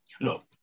Look